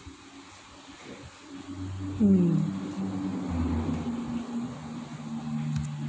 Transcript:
mm